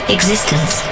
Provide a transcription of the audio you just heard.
Existence